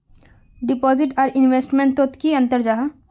Deposit आर investment तोत की अंतर जाहा?